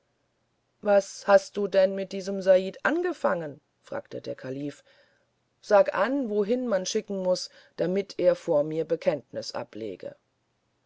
was hast du denn mit diesem said angefangen fragte der kalife sag an wohin man schicken muß damit er vor mir bekenntnis ablege